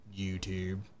YouTube